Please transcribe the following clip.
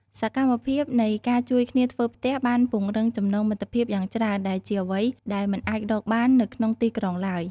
សកម្មភាពនៃការជួយគ្នាធ្វើផ្ទះបានពង្រឹងចំណងមិត្តភាពយ៉ាងច្រើនដែលជាអ្វីដែលមិនអាចរកបាននៅក្នុងទីក្រុងឡើយ។